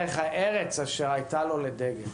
בדרך ארץ אשר הייתה לו לדגל.